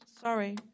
Sorry